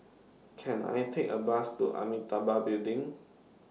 Can I Take A Bus to Amitabha Building